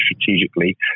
strategically